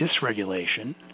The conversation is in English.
dysregulation